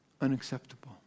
Unacceptable